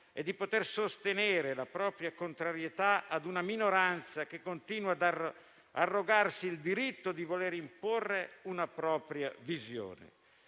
e di sostenere la propria contrarietà a una minoranza che continua ad arrogarsi il diritto di imporre una propria visione.